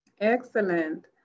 Excellent